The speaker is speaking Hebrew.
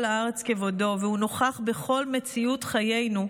הארץ כבודו" והוא נוכח בכל מציאות חיינו,